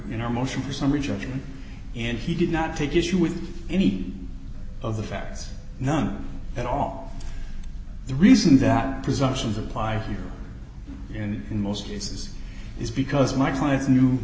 in our motion for summary judgment and he did not take issue with any of the facts none at all the reason that presumptions apply here and in most cases is because my clients knew